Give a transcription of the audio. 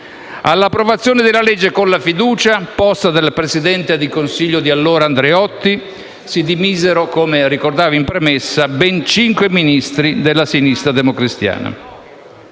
all'approvazione della legge con la fiducia, posta dal presidente del Consiglio di allora Andreotti, si dimisero - come ricordavo in premessa - ben cinque Ministri della sinistra democristiana.